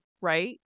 Right